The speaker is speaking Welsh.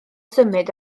symud